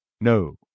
No